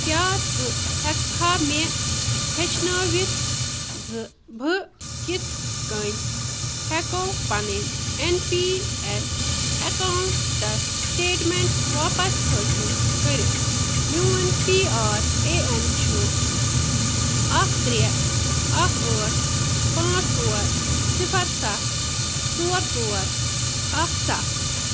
کیٛاہ ژٕ ہٮ۪کہٕ کھا مےٚ ہیٚچھنٲوِتھ زٕ بہٕ کِتھ کٔنۍ ہٮ۪کو پَنٕنۍ M P S accounts statement واپَس حٲصِل کٔرِتھ میون پی آر اے اٮ۪ن چھُ اکھ ترٛےٚ اَکھ ٲٹھ پانٛژھ ژور صِفَر سَتھ ژور ژور اَکھ سَتھ